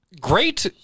Great